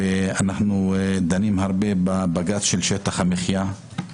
ואנחנו דנים הרבה בבג"ץ של שטח המחיה,